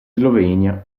slovenia